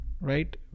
right